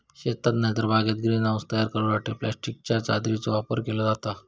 शेतात नायतर बागेत ग्रीन हाऊस तयार करूसाठी प्लास्टिकच्या चादरीचो वापर केलो जाता